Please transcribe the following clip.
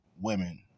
women